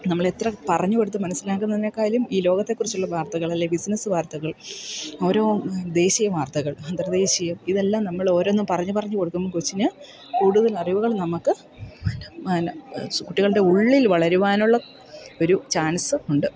നമ്മളെത്ര പറഞ്ഞു കൊടുത്ത് മനസ്സിലാക്കുന്നതിനേക്കാളും ഈ ലോകത്തെക്കുറിച്ചുള്ള വാർത്തകളല്ലെ ബിസിനസ്സ് വാർത്തകൾ ഓരോ ദേശീയ വാർത്തകൾ അന്തർദേശീയം ഇതെല്ലാം നമ്മളോരോന്നും പറഞ്ഞു പറഞ്ഞ് കൊടുക്കുമ്പോൾ കൊച്ചിന് കൂടുതലറിവുകൾ നമുക്ക് കുട്ടികളുടെ ഉള്ളിൽ വളരുവാനുള്ള ഒരു ചാൻസ് ഉണ്ട്